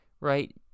Right